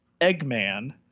Eggman